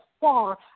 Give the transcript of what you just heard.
far